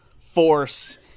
force